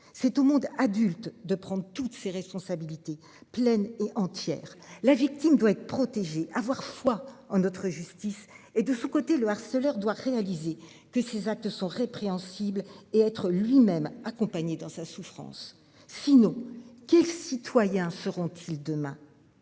c'est au monde adulte de prendre toutes ses responsabilités pleine et entière, la victime doit être protégé avoir foi en notre justice est de son côté le harceleur doit réaliser que ces actes sont répréhensibles et être lui-même accompagné dans sa souffrance finaux qui. Citoyens seront-ils demain.